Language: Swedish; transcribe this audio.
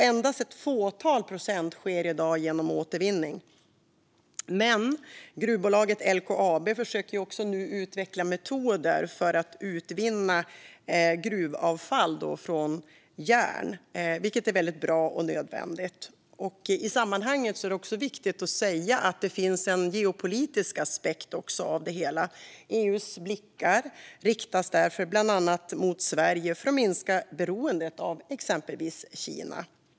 Endast ett fåtal procent av den sker i dag genom återvinning. Men gruvbolaget LKAB försöker nu utveckla metoder för att utvinna järn från gruvavfall, vilket är väldigt bra och nödvändigt. I sammanhanget är det viktigt att säga att det också finns en geopolitisk aspekt av det hela. EU:s blickar riktas därför bland annat mot Sverige för att minska beroendet av exempelvis Kina.